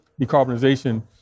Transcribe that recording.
decarbonization